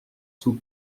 sous